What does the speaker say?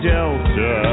Delta